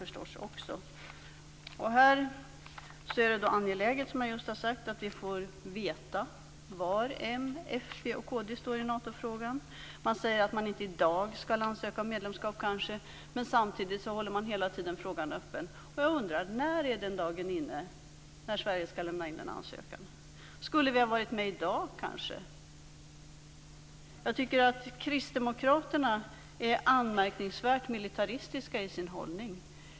Här är det angeläget att vi får veta var m, fp och kd står i Natofrågan. Man säger att vi inte skall ansöka om medlemskap i dag, men samtidigt håller man frågan öppen. När är den dagen inne när Sverige skall lämna in en ansökan? Skulle vi ha varit med i dag? Kristdemokraterna är anmärkningsvärt militaristiska i sin hållning.